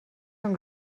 són